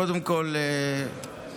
קודם כול,